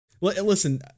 Listen